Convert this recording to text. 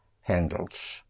handles